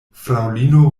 fraŭlino